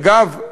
אגב,